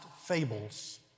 fables